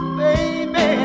baby